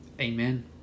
Amen